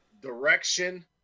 direction